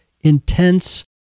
intense